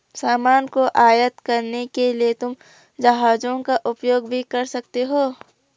सामान को आयात करने के लिए तुम जहाजों का उपयोग भी कर सकते हो